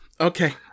okay